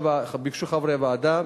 ביקשו חברי הוועדה